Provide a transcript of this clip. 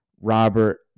Robert